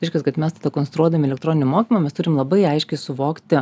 reiškias kad mes tada konstruodami elektroninį mokymą mes turim labai aiškiai suvokti